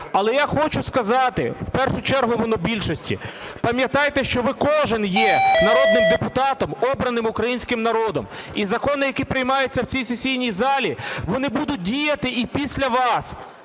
Але я хочу сказати в першу чергу монобільшості. Пам'ятайте, що ви кожен є народним депутатом, обраним українським народом. І закони, які приймаються в цій сесійній залі, вони будуть діяти і після вас.